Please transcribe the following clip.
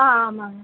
ஆ ஆமாங்க